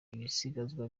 ibisigazwa